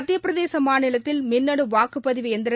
மத்திய பிரதேச மாநிலத்தில் மின்னனு வாக்குப்பதிவு எந்திர